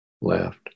left